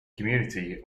community